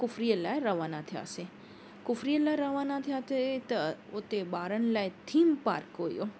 कुफरीअ लाइ रवाना थियासीं कुफरीअ लाइ रवाना थिया ते त उते ॿारनि लाइ थीम पार्क हुयो